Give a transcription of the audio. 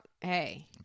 hey